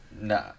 Nah